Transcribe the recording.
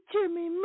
Jimmy